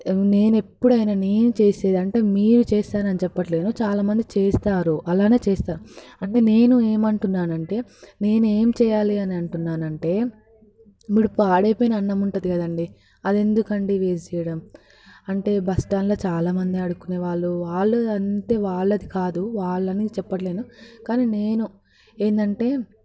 నేనెప్పుడైన నేను చేసేది అంటే మీరు చేస్తారని చెప్పట్లేదు చాలా మంది చేస్తారు అలాగే చేస్తారు అంటే నేను ఏమని అంటున్నానంటే నేను ఏం చేయాలి అని అంటున్నానంటే ఇప్పుడు పాడైపోయిన అన్నము ఉంటుంది కదండి అది ఎందుకండీ వేస్ట్ చేయడం అంటే బస్టాండ్లో చాలా మంది అడుక్కునేవాళ్ళు వాళ్ళది అంతే వాళ్ళది కాదు వాళ్ళని చెప్పట్లేదు కానీ నేను ఏంటంటే